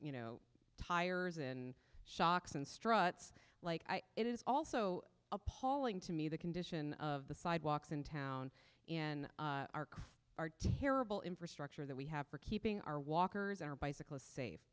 you know tires in shocks and struts like it is also appalling to me the condition of the sidewalks in town in our crew are terrible infrastructure that we have for keeping our walkers our bicycles safe